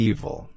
Evil